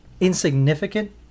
insignificant